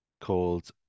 called